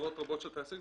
עשרות רבות של טייסים,